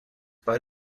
bei